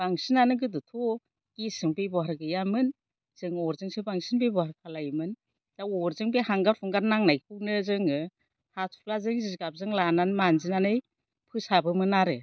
बांसिनानो गोदोथ' गेस जों बेब'हार गैयामोन जों अरजोंसो बांसिन बेब'हार खालायोमोन दा अरजों बे हांगार हुंगार नांनायखौ जोङो हाथ'फ्लाजों जिगाब जों लानानै मानजिनानै फोसाबो मोन आरो